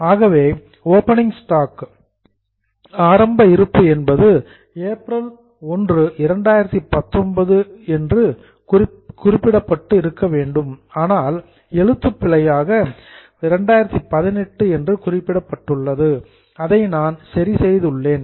ஆகவே opening stock ஆரம்ப இருப்பு என்பது ஏப்ரல் 1 2019 என்று குறிப்பிடப்பட்டு இருக்க வேண்டும் ஆனால் எழுத்துப் பிழையாக 18 என்று குறிப்பிடப்பட்டுள்ளது அதை நான் சரி செய்துள்ளேன்